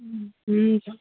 हुन्छ